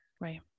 Right